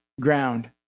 ground